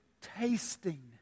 tasting